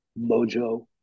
Mojo